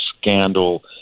scandal